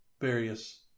various